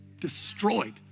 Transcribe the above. destroyed